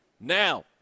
Now